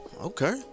okay